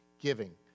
giving